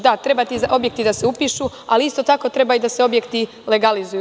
Da, treba da se upišu, ali isto tako treba da se objekti legalizuju.